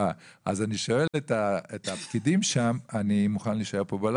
יבוא "מהתשלומים החודשיים המגיעים לו"; אנחנו צריכים להתעכב,